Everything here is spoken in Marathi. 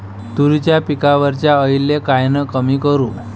तुरीच्या पिकावरच्या अळीले कायनं कमी करू?